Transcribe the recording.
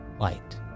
light